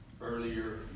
Earlier